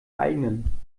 eigenen